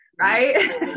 Right